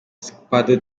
skpado